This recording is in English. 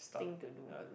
thing to do